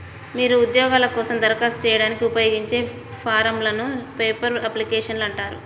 మీరు ఉద్యోగాల కోసం దరఖాస్తు చేయడానికి ఉపయోగించే ఫారమ్లను పేపర్ అప్లికేషన్లు అంటారు